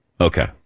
Okay